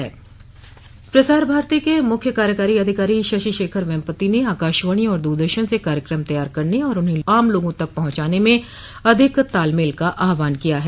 प्रसार भारती के मुख्य कार्यकारी अधिकारी शशि शेखर वेम्पति ने आकाशवाणी और दूरदर्शन से कार्यक्रम तैयार करने और उन्हें आम लोगों तक पहुंचाने में अधिक तालमेल का आहवान किया है